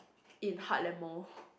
in Heartland Mall